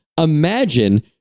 imagine